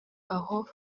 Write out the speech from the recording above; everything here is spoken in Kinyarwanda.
aho